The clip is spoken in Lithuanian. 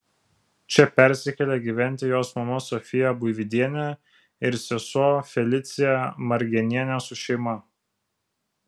čia persikėlė gyventi jos mama sofija buividienė ir sesuo felicija margenienė su šeima